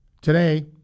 Today